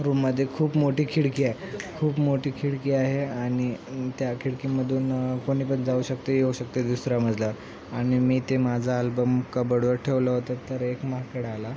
रूममध्ये खूप मोठी खिडकी आहे खूप मोठी खिडकी आहे आणि त्या खिडकीमधून कोणी पण जाऊ शकते येऊ शकते दुसरा मजल्यावर आणि मी ते माझा आल्बम कबडवर ठेवलं होतं तर एक माकड आला